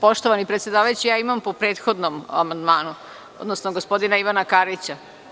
Poštovani predsedavajući, ja imam po prethodnom amandmanu, odnosno gospodina Ivana Karića.